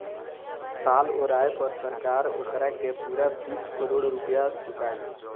साल ओराये पर सरकार ओकारा के पूरा बीस करोड़ रुपइया चुकाई